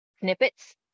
snippets